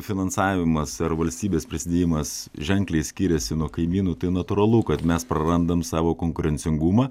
finansavimas ar valstybės prisidėjimas ženkliai skiriasi nuo kaimynų tai natūralu kad mes prarandam savo konkurencingumą